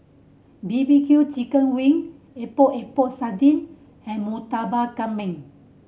B B Q chicken wing Epok Epok Sardin and Murtabak Kambing